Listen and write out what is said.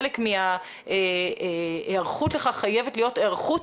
חלק מההיערכות לכך חייבת להיות היערכות